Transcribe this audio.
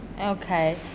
Okay